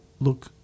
look